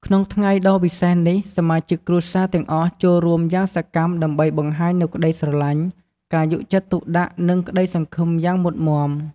ក្នុងថ្ងៃដ៏វិសេសនេះ សមាជិកគ្រួសារទាំងអស់ចូលរួមយ៉ាងសកម្មដើម្បីបង្ហាញនូវក្ដីស្រឡាញ់ ការយកចិត្តទុកដាក់ និងក្តីសង្ឃឹមយ៉ាងមុតមាំ។